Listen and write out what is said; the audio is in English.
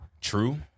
True